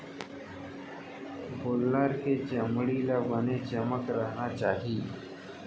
गोल्लर के चमड़ी ल बने चमकत रहना चाही